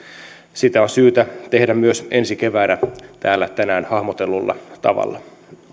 sitä on syytä tehdä myös ensi keväänä täällä tänään hahmotellulla tavalla